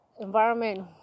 environment